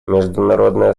международное